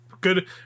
good